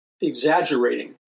exaggerating